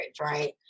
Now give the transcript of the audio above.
right